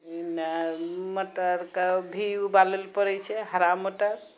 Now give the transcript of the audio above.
मटरके भी उबालैलए पड़ै छै हरा मटर